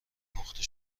پخته